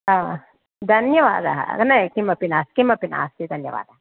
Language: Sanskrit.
धन्यवादाः न किमपि नास्ति किमपि नास्ति धन्यवाद